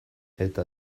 eta